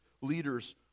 leaders